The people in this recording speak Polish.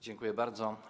Dziękuję bardzo.